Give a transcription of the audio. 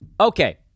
Okay